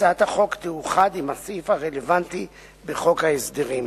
הצעת החוק תאוחד עם הסעיף הרלוונטי בחוק ההסדרים.